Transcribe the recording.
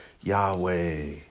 Yahweh